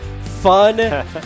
fun